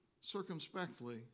circumspectly